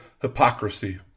hypocrisy